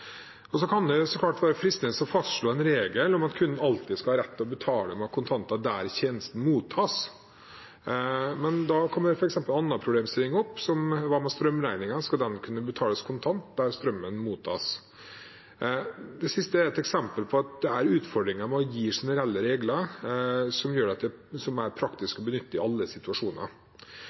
kan så klart være fristende å slå fast en regel om at kunden alltid skal ha rett til å betale med kontanter der tjenesten mottas, men da oppstår en annen problemstilling: Hva med strømregningen, f.eks.? Skal den kunne betales kontant der strømmen mottas? Det siste er et eksempel på at det er utfordringer knyttet til å gi generelle regler som det er praktisk å benytte i alle situasjoner.